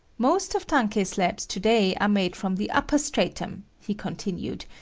most of tankei slabs to-day are made from the upper stratum, he continued,